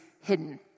hidden